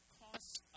costs